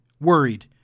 worried